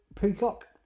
Peacock